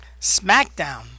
SmackDown